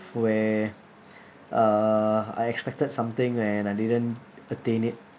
where uh I expected something and I didn't attain it